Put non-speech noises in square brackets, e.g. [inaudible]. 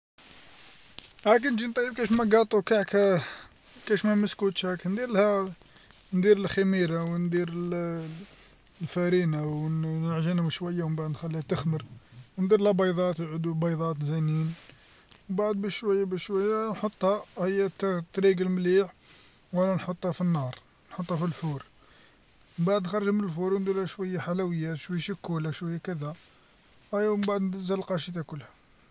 ها كي نجي نطيب كاش ما قاطو كاش ما كعكة كاش ما مسكتشو هاك نديرلها ندير الخميرة وندير [hesitation] الفرينة ونعجنهم شوية ومن بعد نخليها تخمر وندير لها بيضات يعدو بيضات زينين بعد بشوية بشوية نحطها أيا تريقل المليح وانا نحط في النار نحطها في الفور. من بعد تخرج من الفور وندير لها شوية حلويات شويش الكولا شوية كذا، أيا من بعد ندزها لقاشي تاكلها.